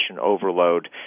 overload